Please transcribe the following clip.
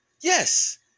Yes